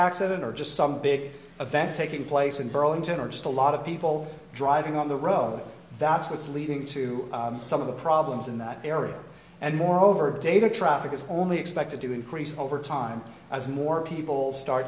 accident or just some big event taking place in burlington or just a lot of people driving on the road that's what's leading to some of the problems in that area and moreover data traffic is only expected to increase over time as more people start